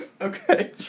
Okay